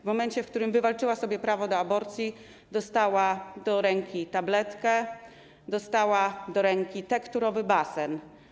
W momencie, w którym wywalczyła sobie prawo do aborcji, dostała do ręki tabletkę, dostała do ręki tekturowy basen.